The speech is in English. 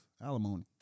Alimony